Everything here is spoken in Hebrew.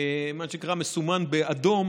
מה שנקרא זה מסומן באדום.